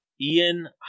Ian